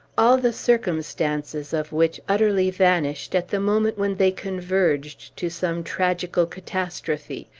all the circumstances of which utterly vanished at the moment when they converged to some tragical catastrophe,